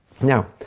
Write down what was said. Now